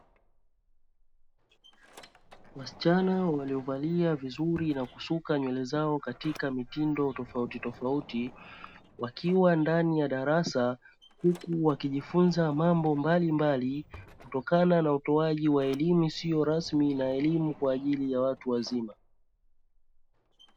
Wasichana waliovalia vizuri na kusuka nywele zao katika mitindo tofauti tofauti wakiwa ndani ya darasa, huku wakijifunza mambo mbalimbali kutokana na utoaji wa elimu isiyo rasmi na elimu kwa ajili ya watu wazima.